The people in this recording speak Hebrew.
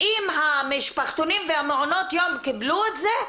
אם המשפחתונים ומעונות יום קיבלו את זה,